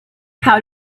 how